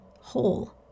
whole